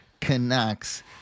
Canucks